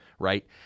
Right